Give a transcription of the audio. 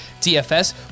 DFS